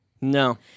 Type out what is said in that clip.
No